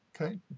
Okay